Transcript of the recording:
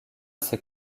ces